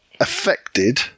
affected